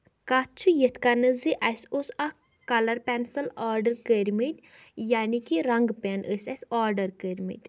کَتھ چھِ یِتھ کَنہٕ زِ اَسہِ اوس اکھ کَلر پینسل آرڈر کٔرمٕتۍ یعنی کہِ رنگہٕ پیٚن ٲس اَسہِ آرڈر کٔرمٕتۍ